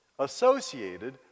associated